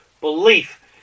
belief